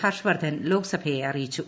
ഹർഷ് വർദ്ധൻ ലോക്സഭയെ അറിയിച്ചു